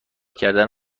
کردن